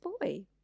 boy